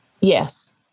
Yes